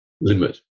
limit